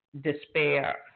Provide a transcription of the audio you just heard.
despair